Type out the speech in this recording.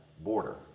border